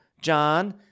john